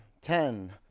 ten